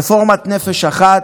רפורמת נפש אחת,